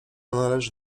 należy